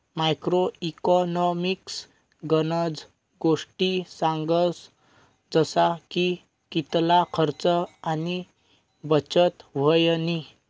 macro economics गनज गोष्टी सांगस जसा की कितला खर्च आणि बचत व्हयनी